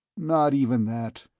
not even that.